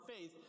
faith